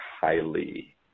highly